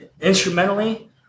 instrumentally